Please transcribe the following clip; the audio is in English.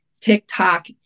TikTok